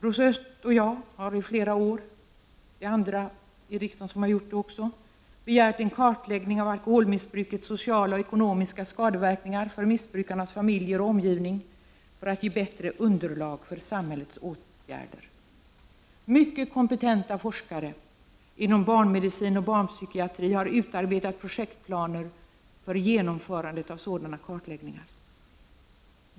Rosa Östh och jag har i flera år — och även andra i riksdagen har gjort det — begärt en kartläggning av alkoholmissbrukets sociala och ekonomiska skadeverkningar för missbrukarnas familjer och om 47 givning för att få ett bättre underlag för samhällets åtgärder. Mycket kompetenta forskare inom barnmedicin och barnpsykiatri har utarbetat projektplaner för genomförandet av sådana kartläggningar.